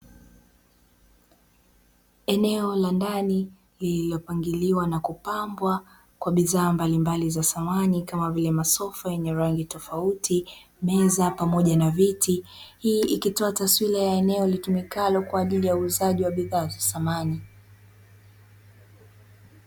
Eneo la ndani lililopangiliwa na kupambwa kwa bidhaa mbalimbali za samani, kama vile rangi tofauti, meza pamoja na viti. Hii ikitoa taswira ya eneo litumikalo kwa ajili ya uzaji wa bidhaa za samani.